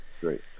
great